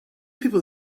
people